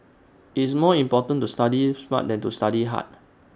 IT is more important to study smart than to study hard